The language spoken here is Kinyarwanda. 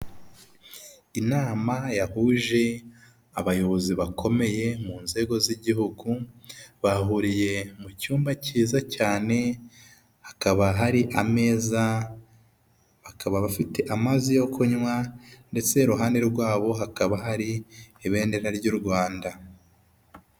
Inama yahuje abayobozi bakomeye mu nzego z'igihugu, bahuriye mu cyumba cyiza cyane hakaba hari ameza, bakaba bafite amazi yo kunywa ndetse iruhande rwabo hakaba hari ibendera ry'u Rwanda.